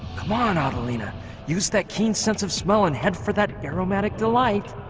come on out alina use that keen sense of smell and head for that aromatic delight